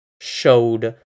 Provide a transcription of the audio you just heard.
showed